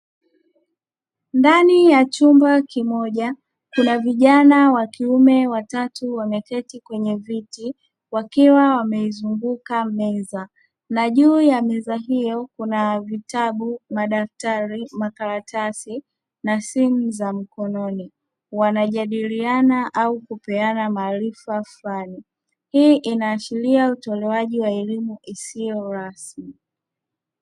Ndani ya chumba kimoja kuna vijana wa kiume watatu wameketi kwenye viti wakiwa wameizunguka meza na juu ya meza hiyo kuna vitabu, madaftari, makaratasi na simu za mkononi wanajadiliana au kupeana maarifa fulani. Hii inaashiria utolewaji wa elimu isiyo rasmi.